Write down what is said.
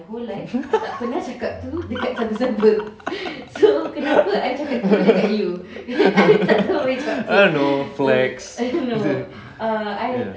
I know flex ya